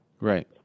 Right